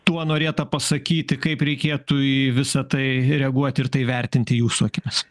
tuo norėta pasakyti kaip reikėtų į visą tai reaguoti ir tai vertinti jūsų akimis